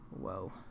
whoa